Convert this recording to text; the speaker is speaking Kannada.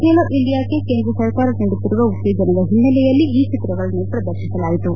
ಬೇಲೋ ಇಂಡಿಯಾಕ್ಕೆ ಕೇಂದ್ರ ಸರಕಾರ ನೀಡುತ್ತಿರುವ ಉತ್ತೇಜನದ ಹಿನ್ನೆಲೆಯಲ್ಲಿ ಈ ಚಿತ್ರಗಳನ್ನು ಪ್ರದರ್ಶಿಸಲಾಯಿತು